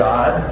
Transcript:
God